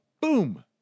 boom